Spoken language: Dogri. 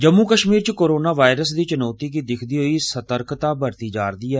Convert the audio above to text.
जम्मू कश्मीर च कोरोना वायरस दी च्नौती गी दिक्खदे होई सतर्कता बरती जा रदी ऐ